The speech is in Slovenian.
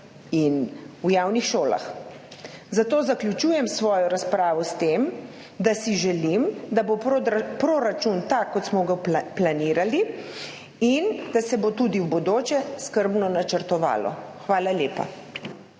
in v javnih šolah. Zato zaključujem svojo razpravo s tem, da si želim, da bo proračun tak, kot smo ga planirali, in da se bo tudi v bodoče skrbno načrtovalo. Hvala lepa.